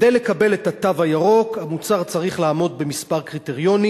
כדי לקבל את התו הירוק המוצר צריך לעמוד בכמה קריטריונים